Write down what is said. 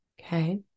okay